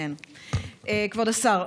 כבוד השר,